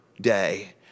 day